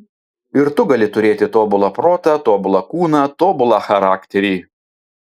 ir tu gali turėti tobulą protą tobulą kūną tobulą charakterį